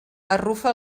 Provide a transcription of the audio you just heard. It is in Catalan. arrufa